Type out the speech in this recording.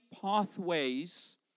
pathways